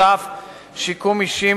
נוסף על כך שיקום אישי,